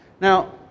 Now